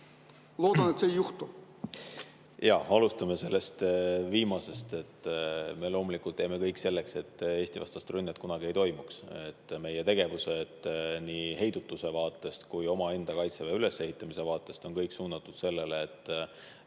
Loodan, et seda ei juhtu.